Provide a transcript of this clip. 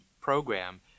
program